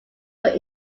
but